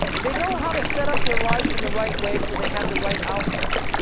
they know how to set up their life in the right way so they have the right outlook.